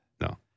no